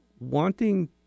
Wanting